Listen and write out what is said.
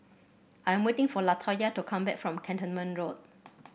I am waiting for Latoya to come back from Cantonment Road